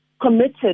committed